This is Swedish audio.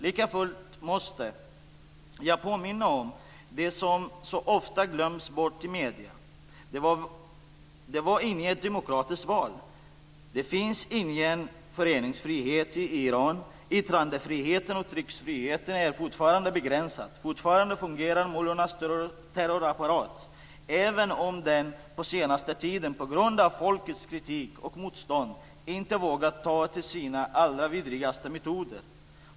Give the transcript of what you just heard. Likafullt måste jag påminna om det som så ofta glöms bort i medierna: Det var inget demokratiskt val. Det finns ingen föreningsfrihet i Iran. Yttrandefriheten och tryckfriheten är fortfarande begränsad. Fortfarande fungerar mullornas terrorapparat, även om den på senaste tiden, på grund av folkets kritik och motstånd, inte vågat ta till sina allra vidrigaste metoder.